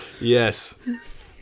Yes